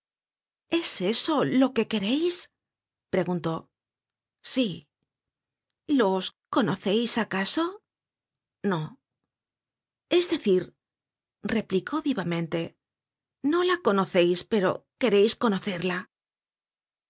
es eso lo que quereis preguntó sí los conoceis acaso no es decir replicó vivamente ñola conoceis pero queréis